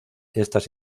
estas